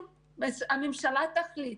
אם הממשלה תחליט